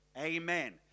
Amen